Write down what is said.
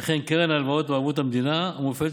וכן קרן ההלוואות בערבות המדינה המופעלת